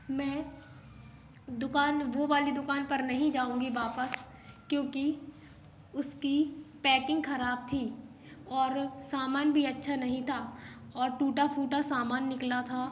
मैं दुकान वो वाली दुकान पर नहीं जाऊँगी वापस क्योंकि उसकी पैकिंग ख़राब थी और सामान भी अच्छा नहीं था और टूटा फूटा सामान निकला था